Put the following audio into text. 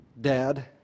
Dad